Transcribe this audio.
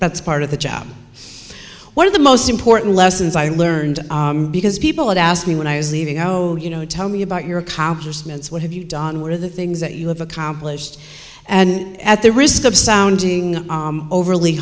that's part of the job one of the most important lessons i learned because people had asked me when i was leaving oh you know tell me about your accomplishments what have you done what are the things that you have accomplished and at the risk of sounding overly